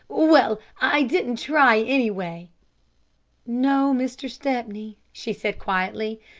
well, i didn't try, anyway. no, mr. stepney, she said quietly,